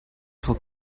for